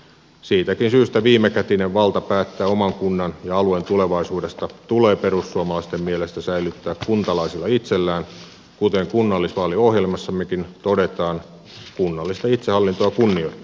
siitäkin syystä viimekätinen valta päättää oman kunnan ja alueen tulevaisuudesta tulee perussuomalaisten mielestä säilyttää kuntalaisilla itsellään kuten kunnallisvaaliohjelmassammekin todetaan kunnallista itsehallintoa kunnioittaen